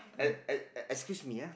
uh uh excuse me ah